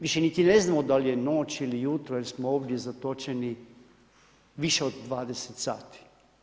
Više niti ne znamo da li je noć ili jutro jer smo ovdje zatočeni više od 20 sati.